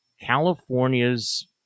California's